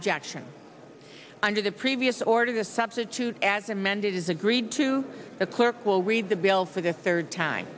objection under the previous order the substitute as amended is agreed to the clerk will read the bill for the third time